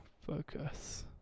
focus